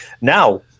Now